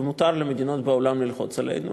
ומותר למדינות בעולם ללחוץ עלינו,